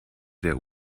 der